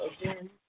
again